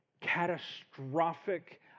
catastrophic